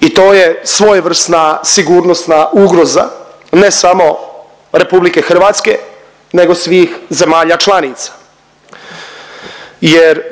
i to je svojevrsna sigurnosna ugroza ne samo RH nego svih zemalja članica jer